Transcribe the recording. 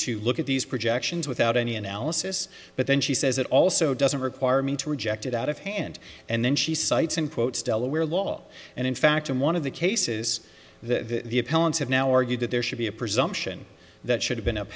to look at these projections without any analysis but then she says it also doesn't require me to reject it out of hand and then she cites and quotes delaware law and in fact in one of the cases that the appellants have now argued that there should be a presumption that should have been up